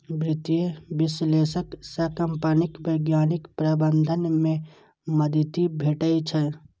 वित्तीय विश्लेषक सं कंपनीक वैज्ञानिक प्रबंधन मे मदति भेटै छै